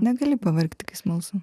negali pavargti kai smalsu